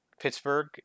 Pittsburgh